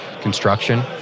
construction